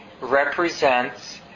represents